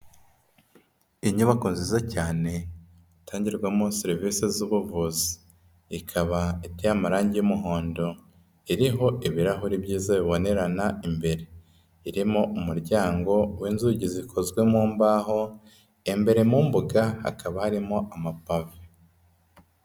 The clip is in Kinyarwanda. Inyubako nziza cyane itangirwamo serivisi z'ubuvuzi, ikaba iteye amarange y'umuhondo, iriho ibirahure byiza bibonerana imbere. Irimo umuryango w'inzugi zikozwe mu mbaho, imbere mu mbuga hakaba harimo amapave.